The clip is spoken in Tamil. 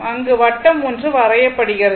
அங்கு வட்டம் ஒன்று வரையப்படுகிறது